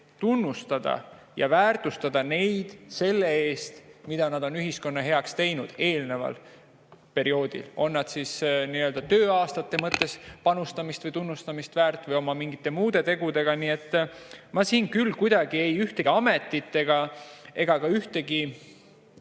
tunnustada ja väärtustada neid selle eest, mida nad on ühiskonna heaks teinud eelneval perioodil, on nad siis tööaastate mõttes panustamist või tunnustamist väärt või mingite muude tegudega. Nii et ma siin küll kuidagi ühtegi ametit ega ka ühtegi